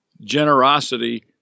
generosity